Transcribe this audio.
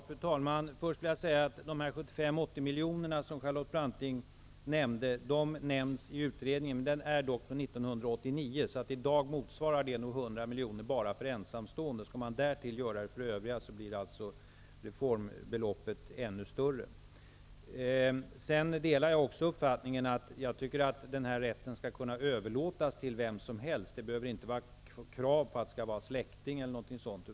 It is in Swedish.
Fru talman! De 75--80 miljoner som Charlotte Branting nämnde, nämns också i utredningen, men den är från 1989. Det motsvarar nog 100 miljoner i dag bara för ensamstående. Skall man därtill göra det för övriga blir reformbeloppet ännu högre. Jag tycker också att den här rätten skall kunna överlåtas till vem som helst. Det behöver inte vara krav på att det skall vara en släkting.